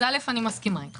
ראשית, אני מסכימה אתך.